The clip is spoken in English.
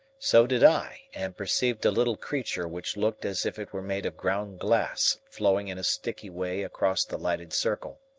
so did i and perceived a little creature which looked as if it were made of ground glass flowing in a sticky way across the lighted circle.